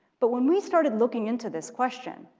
but when we started looking into this question,